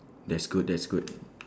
that's good that's good